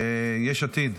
יש עתיד,